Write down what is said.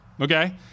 Okay